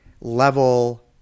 level